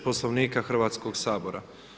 Poslovnika Hrvatskoga sabora.